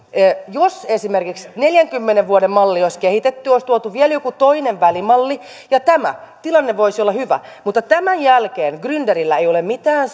jos esimerkiksi neljänkymmenen vuoden mallia olisi kehitetty olisi tuotu vielä joku toinen välimalli tämä tilanne voisi olla hyvä mutta tämän jälkeen grynderillä ei ole mitään